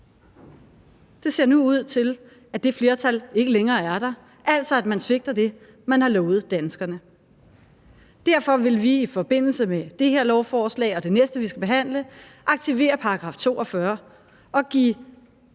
Det ser nu ud til, at det flertal ikke længere er der, at man altså svigter det, man har lovet danskerne. Derfor vil vi i forbindelse med behandlingen af det her lovforslag og det næste, vi skal behandle, aktivere § 42 og give